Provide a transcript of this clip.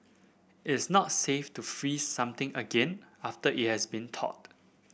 it is not safe to freeze something again after it has been thawed